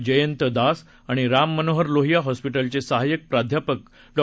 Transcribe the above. जयंत दास आणि राम मनोहर लोहिया हॉस्पिटलचे सहाय्यक प्राध्यापक डॉ